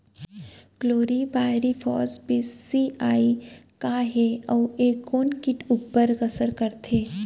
Chlorpyrifos बीस CE का हे अऊ ए कोन किट ऊपर असर करथे?